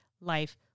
life